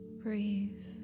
Breathe